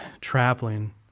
traveling